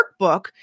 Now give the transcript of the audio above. workbook